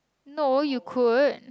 no you could